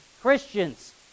Christians